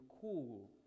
cool